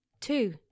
Two